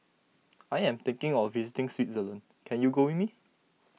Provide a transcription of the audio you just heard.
I am thinking of visiting Switzerland can you go with me